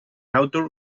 outdoor